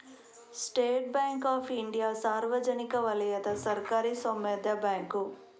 state Bank of India ಸಾರ್ವಜನಿಕ ವಲಯದ ಸರ್ಕಾರಿ ಸ್ವಾಮ್ಯದ ಬ್ಯಾಂಕು